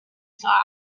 saw